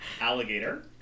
Alligator